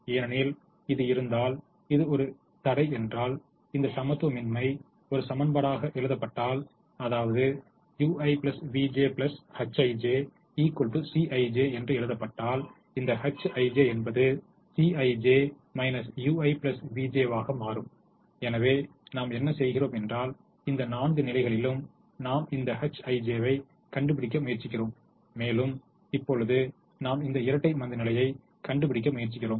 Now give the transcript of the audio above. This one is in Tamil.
ஏனெனில் இது இருந்தால் இது ஒரு தடை என்றால் இந்த சமத்துவமின்மை ஒரு சமன்பாடாக எழுதப்பட்டால் அதாவது ui vj hij Cij என்று எழுதப்பட்டால் இந்த hij என்பது Cij ui vj வாக மாறும் எனவே நாம் என்ன செய்கிறோம் என்றால் இந்த நான்கு நிலைகளிலும் நாம் இந்த hij ஐ கண்டுபிடிக்க முயற்சிக்கிறோம் மேலும் இப்பொழுது நாம் இந்த இரட்டை மந்தநிலையைக் கண்டுபிடிக்க முயற்சிக்கிறோம்